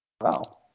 Wow